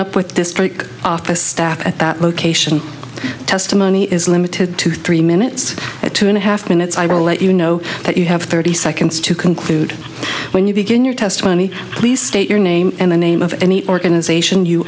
up with district staff at that location testimony is limited to three minutes two and a half minutes i will let you know that you have thirty seconds to conclude when you begin your testimony please state your name and the name of any organization you